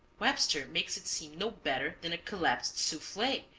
webster makes it seem no better than a collapsed souffle,